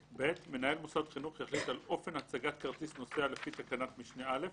מנהל מוסד חינוך יחליט על אופן הצגת כרטיס נוסע לפי תקנת משנה (א)